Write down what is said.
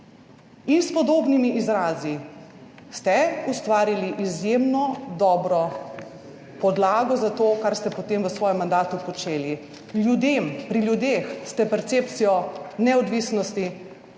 in s podobnimi izrazi, ste ustvarili izjemno dobro podlago za to, kar ste potem v svojem mandatu počeli ljudem. Pri ljudeh ste percepcijo neodvisnosti